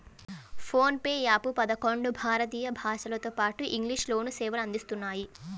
phone pay app పదకొండు భారతీయ భాషలతోపాటు ఇంగ్లీష్ లోనూ సేవలు అందిస్తున్నాయి